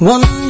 One